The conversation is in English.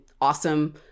awesome